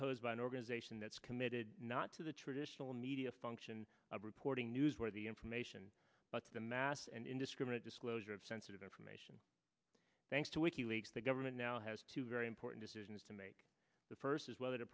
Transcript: posed by an organization that's committed not to the traditional media function of reporting news where the information but the mass and indiscriminate disclosure of sensitive information thanks to wiki leaks the government now has two very important decisions to make the first is